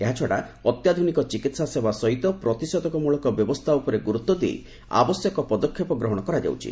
ଏହାଛଡ଼ା ଅତ୍ୟାଧୁନିକ ଚିକିତ୍ସା ସେବା ସହିତ ପ୍ରତିଷେଧକ ମୂଳକ ବ୍ୟବସ୍ଥା ଉପରେ ଗୁରୁତ୍ୱ ଦେଇ ଆବଶ୍ୟକ ପଦକ୍ଷେପ ଗ୍ରହଣ କରାଯାଉଛି